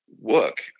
work